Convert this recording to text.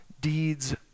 deeds